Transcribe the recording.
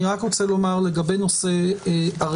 אני רק רוצה לומר לגבי נושא הרכב.